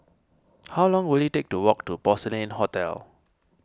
how long will it take to walk to Porcelain Hotel